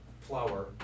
flour